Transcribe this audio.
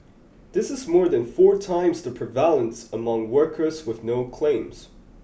this is more than four times the prevalence among workers with no claims